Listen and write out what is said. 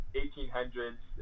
1800s